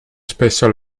spesso